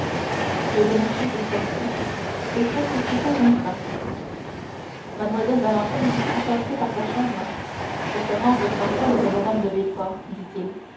le domestique sortit et presque aussitôt rentra mlle valentine a passé par sa chambre pour se rendre dans celle de mme de villefort dit-il